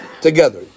together